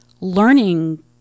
learning